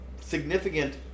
significant